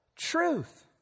truth